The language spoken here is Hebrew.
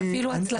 אפילו הצלחה.